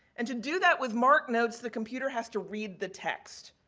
and, to do that with marc notes, the computer has to read the text.